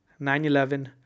9/11